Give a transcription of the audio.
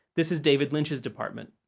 this is david lynch's department.